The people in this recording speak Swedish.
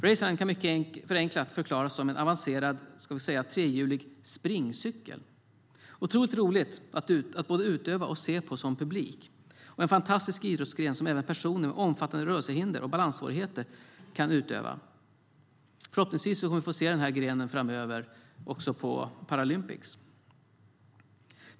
Racerunning kan mycket förenklat förklaras som en avancerad trehjulig springcykel. Det är otroligt roligt att både utöva den och se på den som publik. Det är en fantastisk idrottsgren som även personer med omfattande rörelsehinder och balanssvårigheter kan utöva. Förhoppningsvis kommer vi att se den grenen framöver på Paralympics.